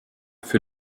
für